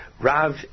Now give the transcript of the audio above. Rav